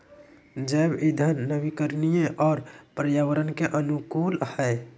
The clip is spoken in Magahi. जैव इंधन नवीकरणीय और पर्यावरण के अनुकूल हइ